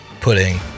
pudding